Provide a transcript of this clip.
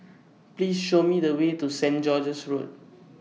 Please Show Me The Way to Saint George's Road